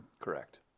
Correct